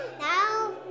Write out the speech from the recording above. now